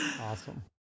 Awesome